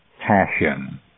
passion